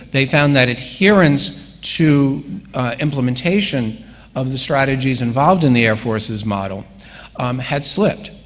they found that adherence to implementation of the strategies involved in the air force's model had slipped.